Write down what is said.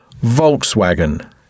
Volkswagen